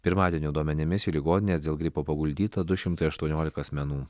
pirmadienio duomenimis į ligonines dėl gripo paguldyta du šimtai aštuoniolika asmenų